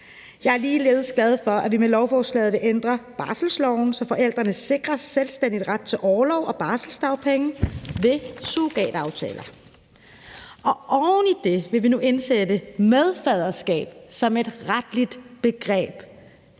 Jeg er ligeledes glad for, at vi med lovforslaget vil ændre barselsloven, så forældrene sikres en selvstændig ret til orlov og barselsdagpenge ved surrogataftaler. Oveni det vil vi nu indsætte medfaderskab som et retligt begreb